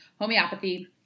homeopathy